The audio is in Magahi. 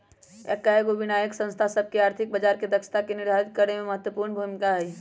कयगो विनियामक संस्था सभ के आर्थिक बजार के दक्षता के निर्धारित करेमे महत्वपूर्ण भूमिका हइ